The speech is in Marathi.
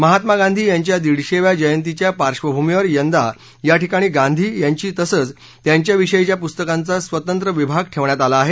महात्मा गांधी यांच्या दिडशेव्या जयंतीच्या पार्श्वभूमीवर यंदा या ठिकाणी गांधी यांची तसंच त्यांच्या विषयीच्या पुस्तकांचा स्वतंत्र विभाग ठेवण्यात आला आहे